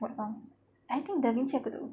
what song I think davichi aku tak tahu